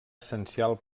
essencial